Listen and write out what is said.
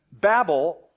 Babel